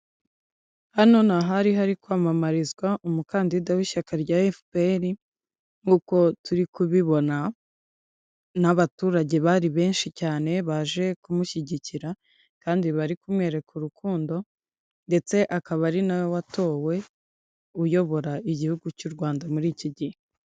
Hano ni ahari kwamamarizwa umukandida w'ishyaka rya efuperi nkuko turi kubibona, n'abaturage bari benshi cyane baje kumushyigikira kandi bari kumwereka urukundo ndetse akaba ari nawe watowe uyobora igihugu cy'u Rwanda muri iki gihe.